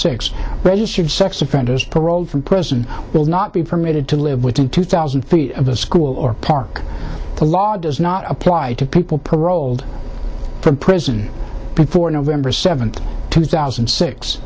registered sex offenders paroled from person will not be permitted to live within two thousand feet of a school or park the law does not apply to people paroled from prison before november seventh two thousand